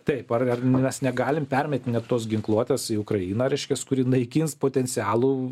taip ar ar mes negalim permetinėt tos ginkluotės į ukrainą reiškias kuri naikins potencialų